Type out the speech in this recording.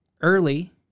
early